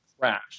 crash